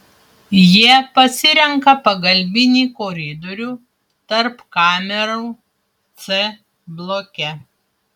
jie pasirenka pagalbinį koridorių tarp kamerų c bloke